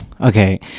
okay